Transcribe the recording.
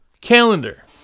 calendar